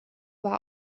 war